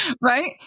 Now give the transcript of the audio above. Right